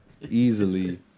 Easily